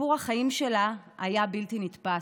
סיפור החיים שלה היה בלתי נתפס.